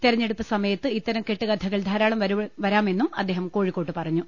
തെരഞ്ഞെടുപ്പ് സമയത്ത് ഇത്തരം കെട്ടുകഥകൾ ധാരാളംവരാമെന്ന് അദ്ദേഹം കോഴിക്കോട്ട് പറഞ്ഞു